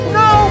no